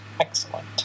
Excellent